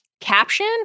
caption